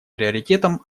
приоритетом